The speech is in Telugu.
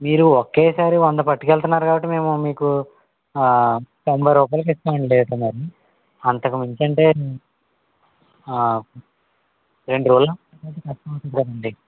మీరు ఒకేసారి వంద పట్టుకు వెళుతున్నారు కాబట్టి మేము మీకు తొంభై రూపాయలకి ఇస్తాము అండి అయితే మరి అంతకు మించి అంటే రెండు రోజులు కష్తం అవుతుంది కదండి